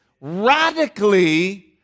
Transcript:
radically